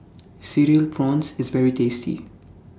Cereal Prawns IS very tasty